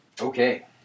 Okay